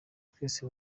twese